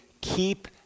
keep